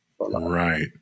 Right